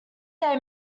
they